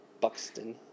Buxton